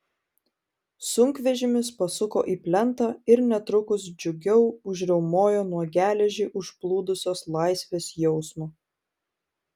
sunkvežimis pasuko į plentą ir netrukus džiugiau užriaumojo nuo geležį užplūdusios laisvės jausmo